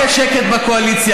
כבוד היושב-ראש,